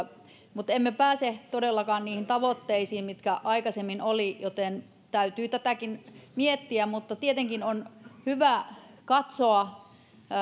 mutta emme pääse todellakaan niihin tavoitteisiin mitkä aikaisemmin olivat joten täytyy tätäkin miettiä mutta tietenkin on hyvä katsoa